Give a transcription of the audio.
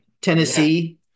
Tennessee